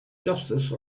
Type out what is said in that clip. justice